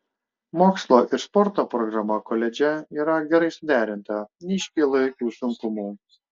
mokslo ir sporto programa koledže yra gerai suderinta neiškyla jokių sunkumų